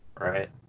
Right